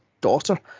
daughter